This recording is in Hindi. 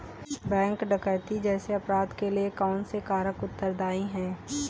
बैंक डकैती जैसे अपराध के लिए कौन से कारक उत्तरदाई हैं?